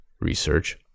research